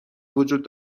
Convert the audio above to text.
وجود